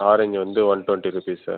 orange வந்து one twenty rupees sir